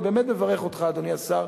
אני באמת מברך אותך, אדוני השר.